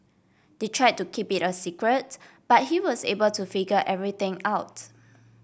they try to keep it a secret but he was able to figure everything out